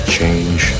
change